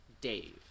Dave